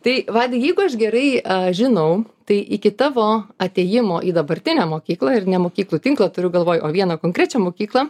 tai vaidai jeigu aš gerai a žinau tai iki tavo atėjimo į dabartinę mokyklą ir ne mokyklų tinklą turiu galvoj o vieną konkrečią mokyklą